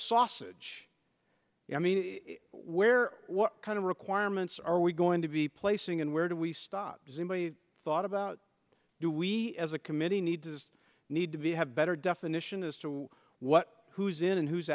sausage i mean where what kind of requirements are we going to be placing and where do we stop presumably thought about you we as a committee need to need to be have better definition as to what who's in who's